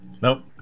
Nope